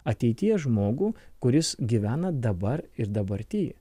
ateities žmogų kuris gyvena dabar ir dabarty